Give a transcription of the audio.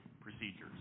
procedures